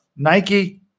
Nike